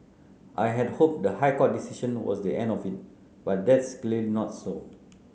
I had hoped the High Court decision was the end of it but that's clear not so